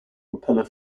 propeller